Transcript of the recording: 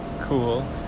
cool